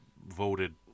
voted